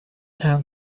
town